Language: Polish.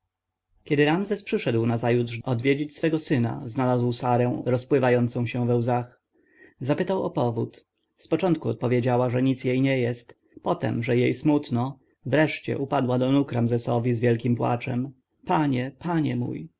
kiedy ramzes przyszedł nazajutrz odwiedzić swego syna znalazł sarę rozpływającą się we łzach zapytał o powód z początku odpowiedziała że nic jej nie jest potem że jej smutno wreszcie upadła do nóg ramzesowi z wielkim płaczem panie panie